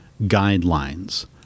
guidelines